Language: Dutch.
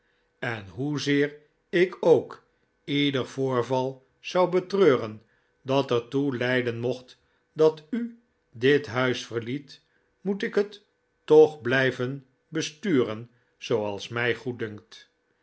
en hoezeer ik ook ieder voorval zou betreuren dat er toe leiden mocht dat u dit huis verliet moet ik het toch blijven besturen zooals mij goed dunkt